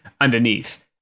underneath